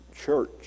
church